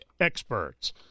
experts